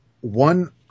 one